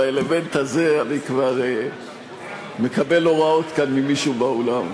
באלמנט הזה אני כבר מקבל הוראות כאן ממישהו באולם.